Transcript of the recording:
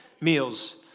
meals